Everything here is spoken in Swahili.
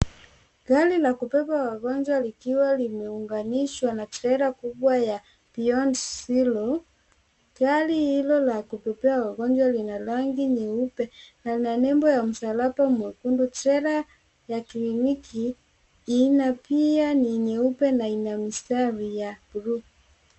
Gari la kubeba wagonjwa likiwa limeunganishwa na trela kubwa ya Beyond Zero. Gari hilo la kubebea wagonjwa lina rangi nyeupe na lina nembo ya msalaba mwekundu. Trela ya kliniki ina pia ni nyeupe na ina mistari ya buluu.